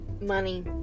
Money